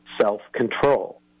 self-control